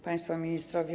Państwo Ministrowie!